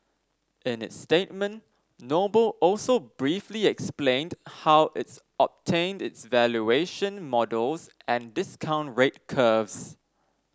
in its statement Noble also briefly explained how its obtained its valuation models and discount rate curves